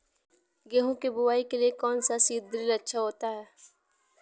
गेहूँ की बुवाई के लिए कौन सा सीद्रिल अच्छा होता है?